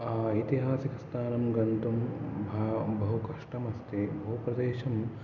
ऐतिहासिकस्थानं गन्तुं बहु कष्टम् अस्ति मम प्रदेशम्